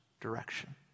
direction